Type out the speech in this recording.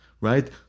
right